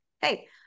hey-